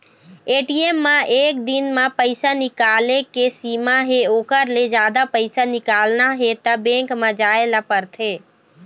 ATM म एक दिन म पइसा निकाले के सीमा हे ओखर ले जादा पइसा निकालना हे त बेंक म जाए ल परथे